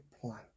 plan